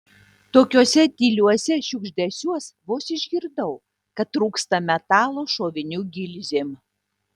tokiuose tyliuose šiugždesiuos vos išgirdau kad trūksta metalo šovinių gilzėm